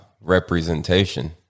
representation